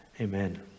Amen